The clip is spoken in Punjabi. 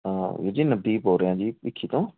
ਹਾਂ ਵੀਰ ਜੀ ਨਵਦੀਪ ਬੋਲ ਰਿਹਾ ਜੀ ਭਿਖੀ ਤੋਂ